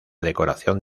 decoración